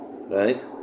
Right